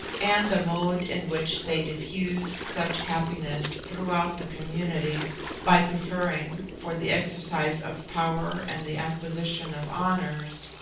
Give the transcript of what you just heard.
and the mode in which they diffused such happiness throughout the community by preferring, for the exercise of power and the acquisition of honours,